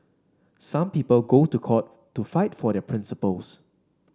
some people go to court to fight for their principles